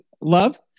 love